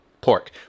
pork